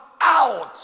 out